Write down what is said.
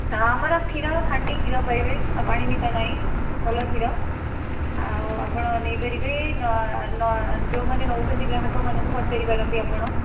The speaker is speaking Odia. ଆମର କ୍ଷୀର ଖାଣ୍ଟି କ୍ଷୀର ପାଇବେ ଆଉ ପାଣି ମିଶା ନାହିଁ ଭଲ କ୍ଷୀର ଆଉ ଆପଣ ନେଇପାରିବେ ଯେଉଁମାନେ ନେଉଛନ୍ତି ଗ୍ରାହକମାନଙ୍କୁ ପଚାରି ପାରନ୍ତି ଆପଣ